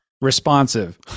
Responsive